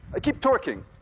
i keep torqueing.